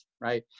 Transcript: right